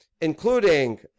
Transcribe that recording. including